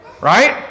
Right